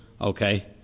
okay